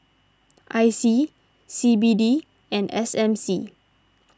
I C C B D and S M C